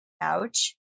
Ouch